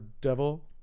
Devil